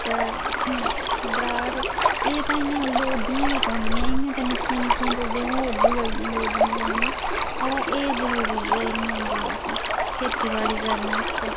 ते दराट एह् ते इ'यां लोड़दियां गै पौंदियां इ'यां ते निक्कियां निक्कियां चीज़ां होर बी बड़ियां लोड़दियां पौंदियां अवा एह् ज़रूरी चाहिदियां हुन्दियां असें खेतीबाड़ी करने आस्तै